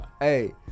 Hey